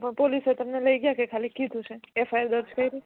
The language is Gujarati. પોલીસે તમને લઈ ગયા કે ખાલી કીધું છે એફઆઇઆર દર્જ કરી